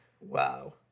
Wow